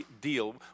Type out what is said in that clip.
deal